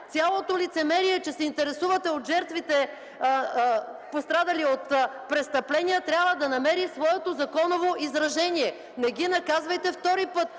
Цялото лицемерие, че се интересувате от жертвите, пострадали от престъпления, трябва да намери своето законово изражение. Не ги наказвайте втори път!